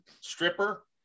stripper